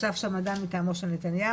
ישב שם אדם מטעמו של נתניהו,